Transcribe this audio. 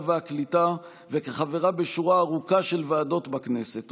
והקליטה וכחברה בשורה ארוכה של ועדות בכנסת,